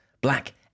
black